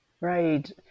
Right